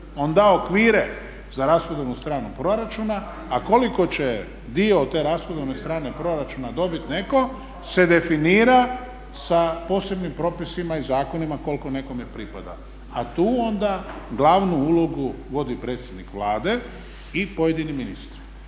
on da okvire za rashodovnu stranu proračuna a koliko će dio ti rashodovne strane proračuna dobit neko se definira sa posebnim propisima i zakonima koliko nekome pripada. A tu onda glavnu ulogu vodi predsjednik Vlade i pojedini ministri.